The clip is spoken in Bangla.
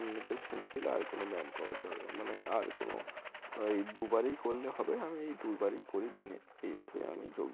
এমনিতে সিম্পিল কোনো ব্যায়াম করার দরকার মানে আর কোনো এই দুবারই করলে হবে আমি এই দুইবারই করি দিনে এইভাবে আমি যোগব্যায়াম করি